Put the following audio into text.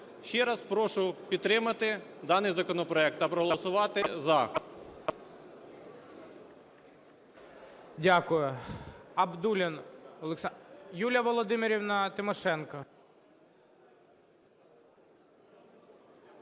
Ще раз прошу підтримати даний законопроект та проголосувати "за".